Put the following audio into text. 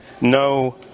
no